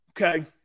Okay